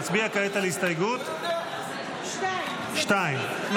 נצביע כעת על הסתייגות 2. זה